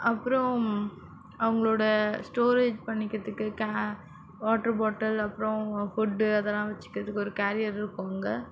அப்புறம் அவங்களோட ஸ்டோரேஜ் பண்ணிக்கிறதுக்கு கே வாட்ரு பாட்டில் அப்றம் ஃபுட் அதல்லாம் வச்சுக்கிறதுக்கு ஒரு கேரியர் இருக்கும் அங்கே